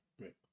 right